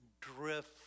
drift